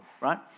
right